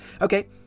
Okay